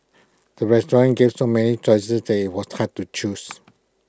the restaurant gave so many choices that IT was hard to choose